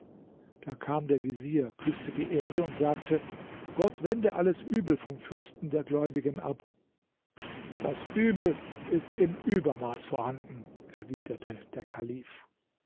da kam der vezier küßte die erde und sagte gott wende alles übel vom fürsten der gläubigen ab das übel ist im übermaß vorhanden erwiderte der kalif